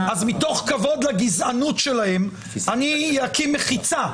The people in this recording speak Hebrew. אז מתוך כבוד לגזענות שלהם אני אקים מחיצה,